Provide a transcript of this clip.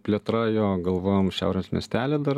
plėtra jo galvojam šiaurės miestely dar